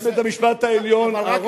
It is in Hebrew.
נשיא בית-המשפט העליון אהרן ברק,